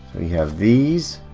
we have these